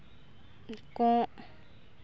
ᱠᱚᱸᱜ